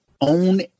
own